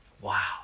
Wow